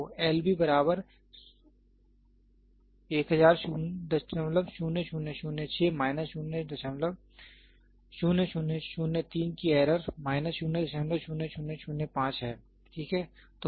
तो L b बराबर 10000006 minus 00003 की एरर माइनस 00005 है ठीक है